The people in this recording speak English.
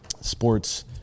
sports